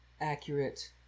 accurate